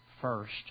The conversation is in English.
first